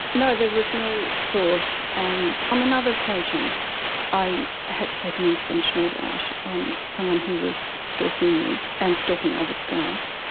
no there was no thought. and on another occasion i had to take an intervention order out on someone who was stalking me and stalking other staff.